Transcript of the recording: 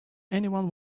anyone